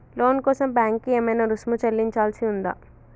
లోను కోసం బ్యాంక్ కి ఏమైనా రుసుము చెల్లించాల్సి ఉందా?